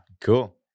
Cool